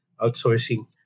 outsourcing